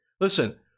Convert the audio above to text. Listen